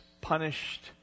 punished